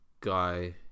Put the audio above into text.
guy